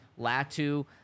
latu